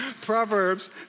Proverbs